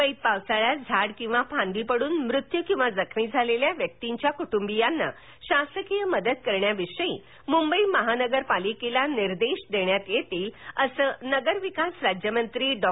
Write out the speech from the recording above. मुंबईत पावसाळ्यात झाड किंवा फांदी पडून मृत्यू किंवा जखमी झालेल्या व्यक्तींच्या कुटुंबियांना शासकीय मदत करण्याविषयी मुंबई महानगरपालिकेला निर्देश देण्यात येतील असे नगरविकास राज्यमंत्री डॉ